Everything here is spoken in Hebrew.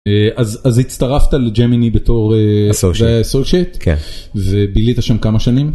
אז אז הצטרפת לג׳מיני בתור אסושיאט, ובילית שם כמה שנים?